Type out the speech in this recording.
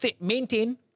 maintain